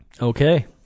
Okay